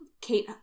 Kate